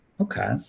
Okay